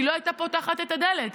היא לא הייתה פותחת את הדלת,